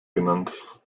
genannt